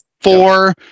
four